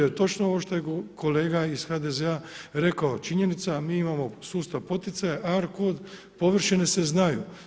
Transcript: Jer točno ovo što je kolega iz HDZ-a rekao, činjenica mi imamo sustav poticaja ARKOD, površine se znaju.